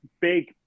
big